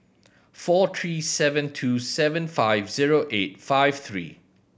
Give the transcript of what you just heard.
four three seven two seven five zero eight five three